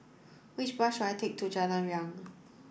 which bus should I take to Jalan Riang